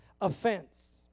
offense